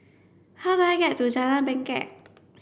how do I get to Jalan Bangket